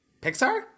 Pixar